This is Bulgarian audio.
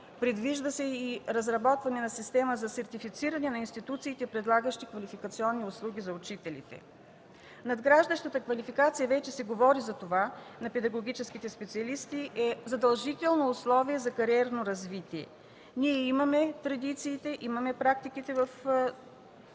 Предвижда се и разработване на система за сертифициране на институциите, предлагащи квалификационни услуги за учителите. Надграждащата квалификация на педагогическите специалисти, вече се говори за това, е задължително условие за кариерно развитие. Ние имаме традициите, имаме практиките в тази